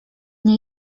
nie